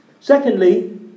Secondly